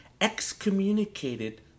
excommunicated